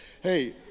Hey